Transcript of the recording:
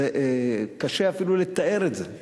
זה קשה אפילו לתאר את זה.